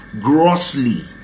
grossly